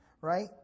right